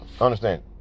understand